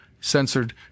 censored